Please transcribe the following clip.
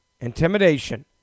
intimidation